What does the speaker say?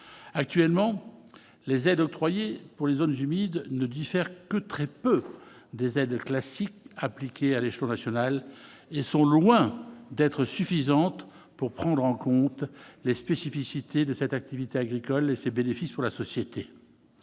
actuellement les aides octroyées pour les zones humides ne diffère que très peu des aides classiques appliquée à l'échelon national et sont loin d'être suffisante pour prendre en compte les spécificités de cette activité agricole et ses bénéfices pour la société,